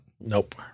Nope